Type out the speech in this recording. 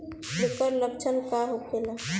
ऐकर लक्षण का होखेला?